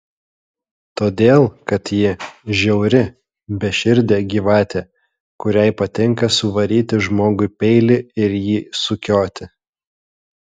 todėl kad ji žiauri beširdė gyvatė kuriai patinka suvaryti žmogui peilį ir jį sukioti